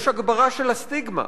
יש הגברה של הסטיגמה,